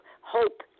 hope